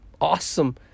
awesome